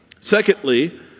Secondly